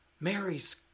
Mary's